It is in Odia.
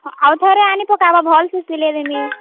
ଆଉଥରେ ଆନିପକାବ ଭଲ୍ସେ ସିଲେଇ ଦେମି